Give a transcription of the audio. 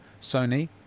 Sony